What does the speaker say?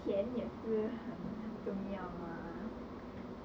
钱也是很重要 mah